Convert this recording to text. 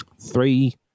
Three